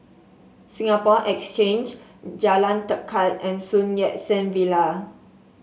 Singapore Exchange Jalan Tekad and Sun Yat Sen Villa